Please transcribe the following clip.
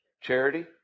Charity